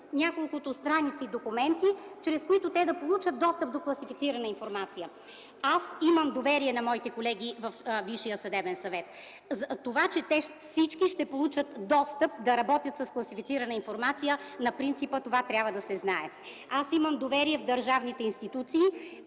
няколкото страници документи, чрез които те да получат достъп до класифицирана информация? Аз имам доверие на моите колеги във Висшия съдебен съвет, за това че те всички ще получат достъп да работят с класифицирана информация на принципа: това трябва да се знае. Аз имам доверие в държавните институции,